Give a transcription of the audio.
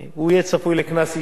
הוא יהיה צפוי לקנס אישי,